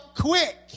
quick